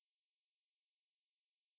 no as in movies of the book